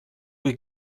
kui